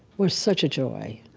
were such a joy.